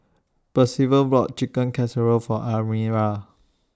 Percival bought Chicken Casserole For Almira